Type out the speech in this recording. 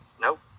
nope